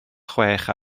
chwech